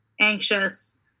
anxious